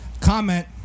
comment